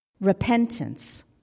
repentance